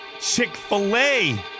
Chick-fil-A